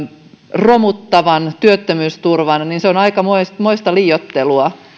romuttavan työttömyysturvan niin se on aikamoista liioittelua